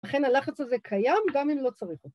ולכן הלחץ הזה קיים גם אם לא צריך אותו.